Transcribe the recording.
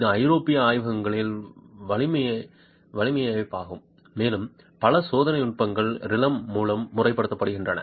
இது ஐரோப்பிய ஆய்வகங்களின் வலையமைப்பாகும் மேலும் பல சோதனை நுட்பங்கள் ரிலெம் மூலம் முறைப்படுத்தப்படுகின்றன